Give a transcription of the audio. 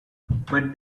but